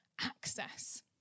access